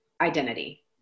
identity